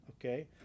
okay